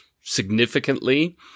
significantly